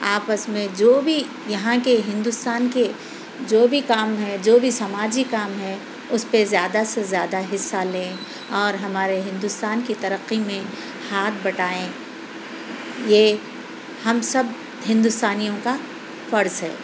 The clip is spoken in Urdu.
آپس میں جو بھی یہاں کے ہندوستان کے جو بھی کام ہے جو بھی سماجی کام ہے اُس پہ زیادہ سے زیادہ حصّہ لیں اور ہمارے ہندوستان کی ترقی میں ہاتھ بٹائیں یہ ہم سب ہندوستانیوں کا فرض ہے